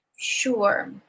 Sure